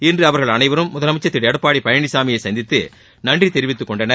இன்று அவர்கள் அனைவரும் முதலமைச்சர் திரு எடப்பாடி பழனிசாமியை சந்தித்து நன்றி தெரிவித்துக் கொண்டனர்